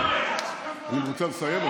אני רוצה לסיים,